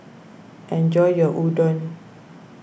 enjoy your Udon